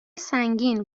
سنگین